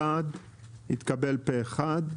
הצבעה אושר אושר פה אחד.